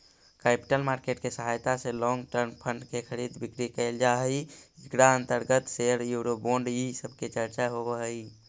capital market के सहायता से लोंग टर्म फंड के खरीद बिक्री कैल जा हई इकरा अंतर्गत शेयर यूरो बोंड इ सब के चर्चा होवऽ हई